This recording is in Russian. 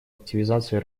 активизации